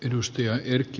arvoisa puhemies